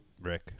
Rick